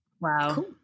Wow